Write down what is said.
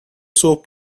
صبح